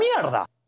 mierda